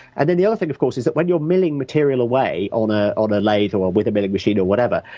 and then the other thing of course is that when you're milling material away on ah on a lathe or with a milling machine or whatever,